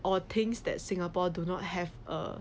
or things that singapore do not have uh